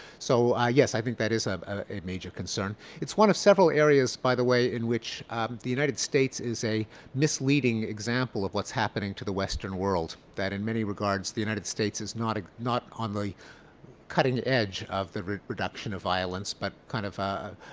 so yes, i think that is ah a major concern. it's one of several areas by the way in which the united states is a misleading example of what's happening to the western world. that in many regards the united states is not ah not on the cutting edge of the reproduction of violence but kind of a